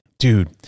Dude